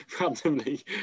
randomly